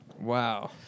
wow